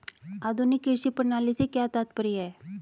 आधुनिक कृषि प्रणाली से क्या तात्पर्य है?